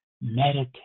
Meditate